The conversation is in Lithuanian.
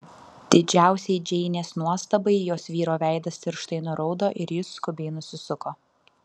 didžiausiai džeinės nuostabai jos vyro veidas tirštai nuraudo ir jis skubiai nusisuko